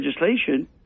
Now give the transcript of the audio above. legislation